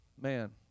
Man